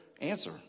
answer